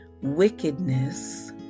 wickedness